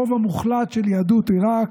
הרוב המוחלט של יהדות עיראק,